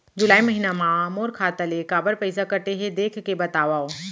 जुलाई महीना मा मोर खाता ले काबर पइसा कटे हे, देख के बतावव?